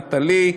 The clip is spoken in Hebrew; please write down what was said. נטלי,